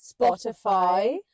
Spotify